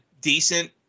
decent